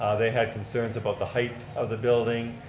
ah they had concerns about the height of the building.